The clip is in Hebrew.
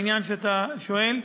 בעניין שאתה שואל.